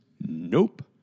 Nope